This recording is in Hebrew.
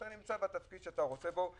אתה נמצא בתפקיד שאתה רוצה בו.